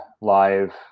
live